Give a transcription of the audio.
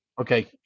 Okay